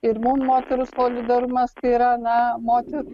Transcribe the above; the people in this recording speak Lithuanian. ir mum moterų solidarumas yra na moterų